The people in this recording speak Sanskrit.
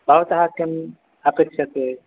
भवतः किम् अपेक्ष्यते